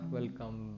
Welcome